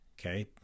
Okay